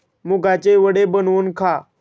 मुगाचे वडे बनवून खा